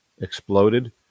exploded